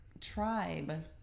tribe